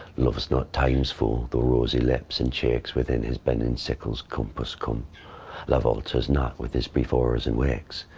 love's not time's fool, though rosy lips and cheeks within his bending sickle's compass come love alters not with his brief hours and weeks,